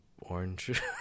orange